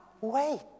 Wait